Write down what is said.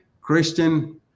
Christian